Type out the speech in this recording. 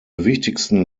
wichtigsten